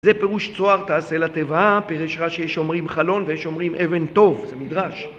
זה פירוש צוהר תעשה לתיבה, פירוש רש"י שיש אומרים חלון ויש אומרים אבן טוב, זה מדרש